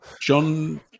John